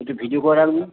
একটু ভিডিও করে রাখবেন